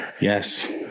yes